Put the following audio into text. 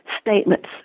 statements